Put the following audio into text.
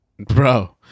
Bro